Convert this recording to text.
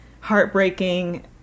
heartbreaking